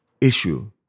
issue